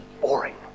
boring